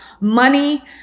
money